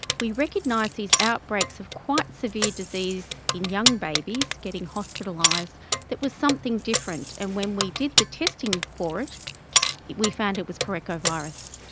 we recognise these outbreaks of quite severe disease in young babies getting hospitalised that was something different. and when we did the testing for it we found it was parechovirus.